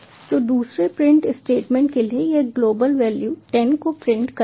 तो दूसरे print statement के लिए यह ग्लोबल वैरिएबल 10 को प्रिंट करेगा